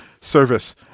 service